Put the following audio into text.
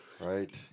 Right